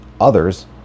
Others